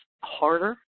harder